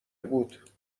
بود